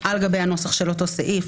על גבי הנוסח של אותו סעיף,